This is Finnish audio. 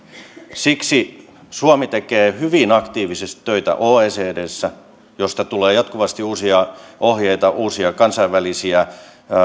siksi suomi tekee hyvin aktiivisesti töitä oecdssä josta tulee jatkuvasti uusia ohjeita uusia kansainvälisiä